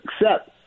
accept